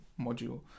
module